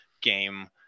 game